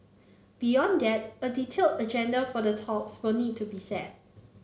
beyond that a detail agenda for the talks will need to be set